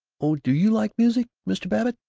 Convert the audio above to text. oh do you like music, mr babbitt?